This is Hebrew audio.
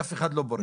ואף אחד לא בורח.